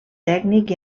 tècnic